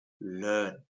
learn